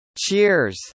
Cheers